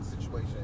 situation